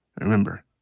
Remember